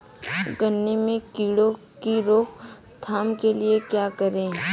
गन्ने में कीड़ों की रोक थाम के लिये क्या करें?